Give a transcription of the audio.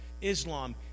Islam